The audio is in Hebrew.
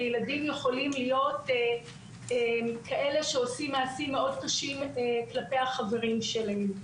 וילדים יכולים להיות כאלה שעושים מעשים מאוד קשים כלפי החברים שלהם.